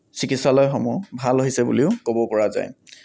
চিকিৎসালয়সমূহ ভাল হৈছে বুলিও ক'ব পৰা যায়